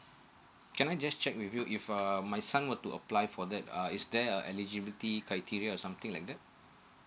can I just check with you if um my son want to apply for that uh is there a eligibility criteria or something like that